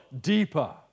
deeper